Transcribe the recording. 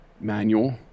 manual